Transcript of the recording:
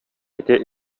ити